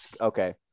Okay